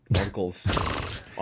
uncles